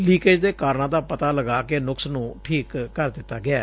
leakage ਦੇ ਕਾਰਨਾਂ ਦਾ ਪਤਾ ਲੱਗਾ ਕੇ ਨੁਕਸ ਨੂੰ ਠੀਕ ਕਰ ਦਿੱਤਾ ਗਿਐ